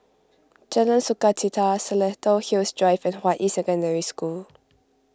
Jalan Sukachita Seletar Hills Drive and Hua Yi Secondary School